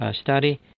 Study